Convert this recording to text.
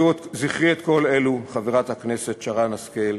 זכרי את כל אלו, חברת הכנסת שרן השכל,